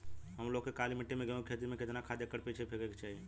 हम लोग के काली मिट्टी में गेहूँ के खेती में कितना खाद एकड़ पीछे फेके के चाही?